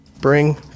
Bring